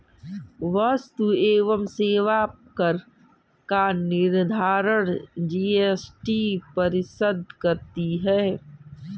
वस्तु एवं सेवा कर का निर्धारण जीएसटी परिषद करती है